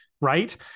right